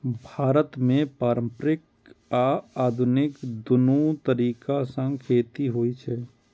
भारत मे पारंपरिक आ आधुनिक, दुनू तरीका सं खेती होइ छै